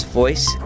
voice